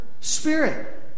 Spirit